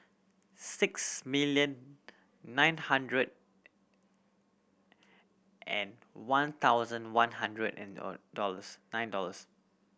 six million nine hundred and one thousand one hundred and dollars nine dollars